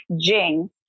Jing